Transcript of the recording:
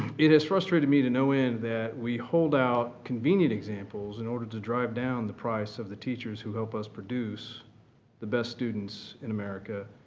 it has frustrated me to no end that we hold out convenient examples in order to drive down the price of the teachers who help us produce the best students in america,